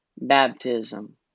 baptism